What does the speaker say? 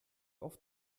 oft